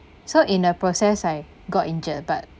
so in the process I got injured but